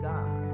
God